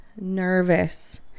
nervous